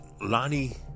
Lonnie